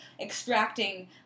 extracting